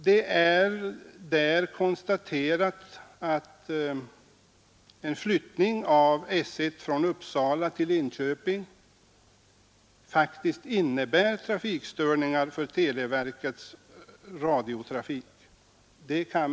Det är konstaterat att en flyttning av S 1 från Uppsala till Enköping innebär trafikstörningar för televerkets radiotrafik.